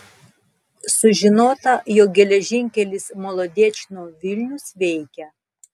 sužinota jog geležinkelis molodečno vilnius veikia